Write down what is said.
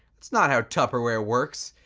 that's not how tupperware works.